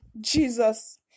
Jesus